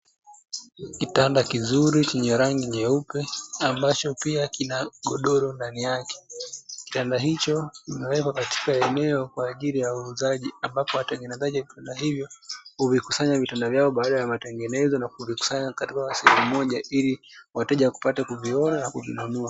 Kitanda kizuri chenye rangi nyeupe ambacho pia kina godoro ndani yake, kitanda hicho kimewekwa katika eneo kwa ajili ya uuzaji, ambapo watengenezaji wa vitanda hivyo huvikusanya vitanda vyao baada ya matengenezo na kuvikusanya katika sehemu moja ili wateja wapate kuviona na kuvinunua.